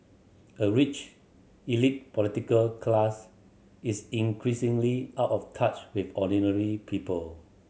a rich elite political class is increasingly out of touch with ordinary people